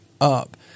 up